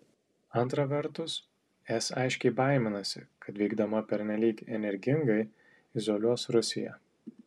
antra vertus es aiškiai baiminasi kad veikdama pernelyg energingai izoliuos rusiją